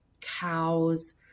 cows